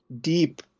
deep